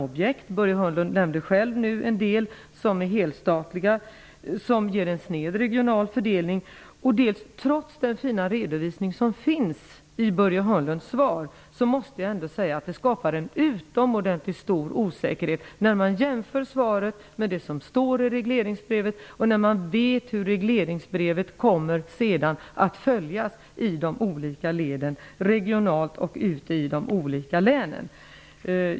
Börje Hörnlund nämnde själv en del byggen som är helstatliga och som ger en sned regional fördelning. Trots den fina redovisning som lämnas i Börje Hörnlunds svar måste jag ändå säga att det vid en jämförelse mellan vad som anförs i svaret och det som regleringsbrevet innehåller skapas en utomordentligt stor osäkerhet. Det som skrivs i regleringsbrevet kommer sedan att följas i de olika leden, regionalt och ute i de olika länen.